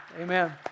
Amen